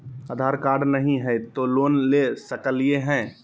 आधार card नही हय, तो लोन ले सकलिये है?